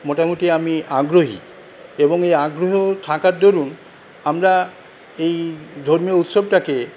মোটামুটি আমি আগ্রহী এবং এই আগ্রহ থাকার দরুণ আমরা এই ধর্মীয় উৎসবটাকে